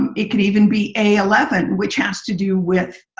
um it can even be a eleven which has to do with